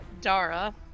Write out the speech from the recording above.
Dara